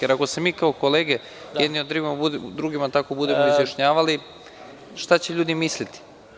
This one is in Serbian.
Jer, ako se mi kao kolege jedni o drugima tako budemo izjašnjavali, šta će ljudi misliti?